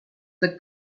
the